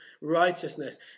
righteousness